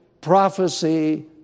prophecy